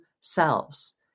selves